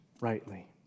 rightly